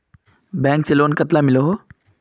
Bank से loan कतला मिलोहो?